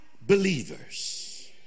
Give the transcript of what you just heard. believers